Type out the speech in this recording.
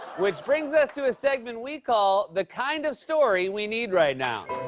which brings us to a segment we call the kind of story we need right now.